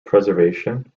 preservation